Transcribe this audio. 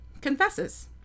confesses